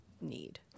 need